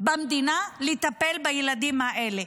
במדינה לטפל בילדים האלה.